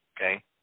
Okay